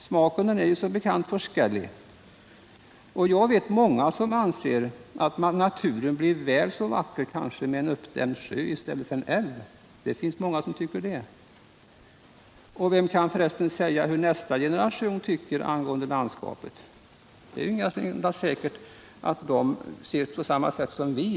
Smaken är som bekant forskellig och jag känner många som anser att naturen blir väl så vacker med en uppdämd sjö. Vem kan f. ö. säga hur nästa generation tycker angående landskapet? Det är inte alls säkert att den ser detta på samma sätt som vi.